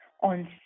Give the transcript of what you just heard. on